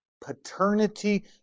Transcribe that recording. paternity